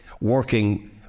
working